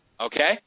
Okay